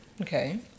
Okay